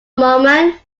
moment